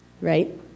right